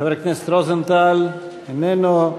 חבר הכנסת רוזנטל, איננו.